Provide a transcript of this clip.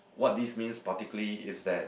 what this means particularly is that